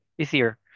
easier